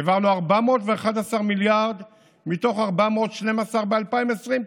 העברנו 411 מיליארד מתוך 412 ב-2020,